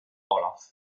olaf